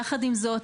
יחד עם זאת,